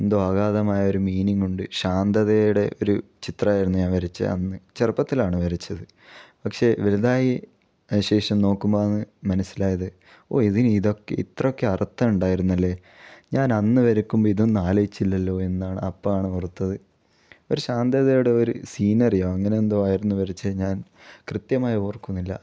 എന്തോ അഘാതമായ ഒരു മീനിങ് ഉണ്ട് ശാന്തതയുടെ ഒരു ചിത്രമായിരുന്നു ഞാൻ വരച്ചത് അന്ന് ചെറുപ്പത്തിലാണ് വരച്ചത് പക്ഷേ വലുതായി ശേഷം നോക്കുമ്പോൾ ആന്ന് മനസ്സിലായത് ഓ ഇതിന് ഇത്രയൊക്കെ അർത്ഥം ഉണ്ടായിരുന്നല്ലേ ഞാൻ അന്ന് വരക്കുമ്പോൾ ഇതൊന്നും ആലോചിച്ചില്ലല്ലോ എന്ന് അപ്പം ആണ് ഓർത്തത് ഒരു ശാന്തതയുടെ ഒരു സീനറിയോ അങ്ങനെ എന്തോ ആയിരുന്നു വരച്ചത് ഞാൻ കൃത്യമായി ഓർക്കുന്നില്ല